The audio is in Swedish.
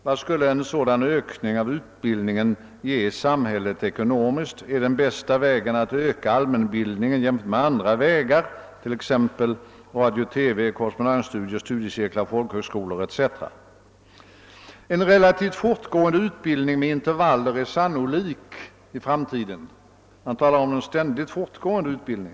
Vad skulle en sådan ökning av utbildningen ge samhället ekonomiskt? är det den bästa vägen att öka allmänbildningen jämfört med andra vägar, t.ex. radiooch TV-kurser, korrespondensstudier, studiecirklar, folkhögskolor etc.? En relativt fortgående utbildning med intervaller är sannolik i framtiden; man talar om en ständigt fortgående utbildning.